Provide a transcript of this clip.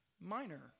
minor